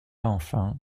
enfin